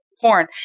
porn